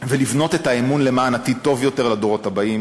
ולבנות את האמון למען עתיד טוב יותר לדורות הבאים.